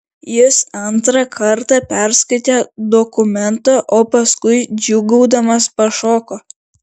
jis antrą kartą perskaitė dokumentą o paskui džiūgaudamas pašoko